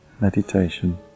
meditation